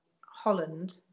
Holland